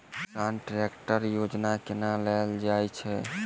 किसान ट्रैकटर योजना केना लेल जाय छै?